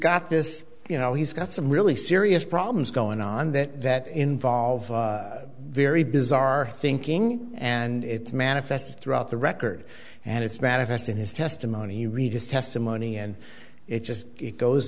got this you know he's got some really serious problems going on that that involve very bizarre thinking and it's manifest throughout the record and it's manifest in his testimony you read his testimony and it just it goes